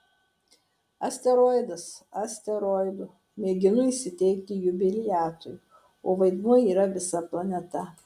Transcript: asteroidas asteroidu mėginu įsiteikti jubiliatui o vaidmuo yra visa planeta